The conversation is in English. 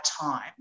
time